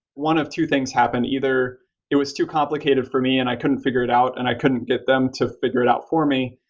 one of two things happen either it was too complicated for me and i couldn't figure it out and i couldn't get them to figure it out for me,